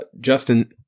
Justin